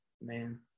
Man